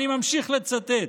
אני ממשיך לצטט: